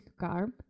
carb